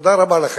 תודה רבה לכם.